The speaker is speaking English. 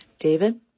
David